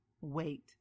Wait